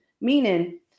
meaning